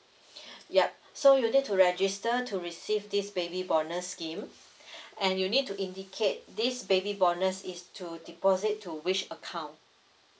yup so you need to register to receive this baby bonus scheme and you need to indicate this baby bonus is to deposit to which account